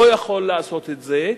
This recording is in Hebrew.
לא יכול לעשות את זה,